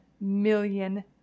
million